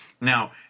Now